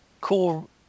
cool